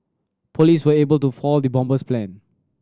police were able to foil the bomber's plan